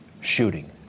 shooting